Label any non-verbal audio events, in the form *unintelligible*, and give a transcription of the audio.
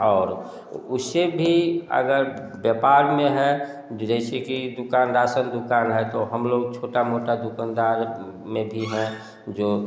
और उसे भी अगर व्यापार में जैसे कि दुकान राशन दुकान है तो हम लोग छोटा मोटा दुकानदार *unintelligible* है जो